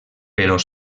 però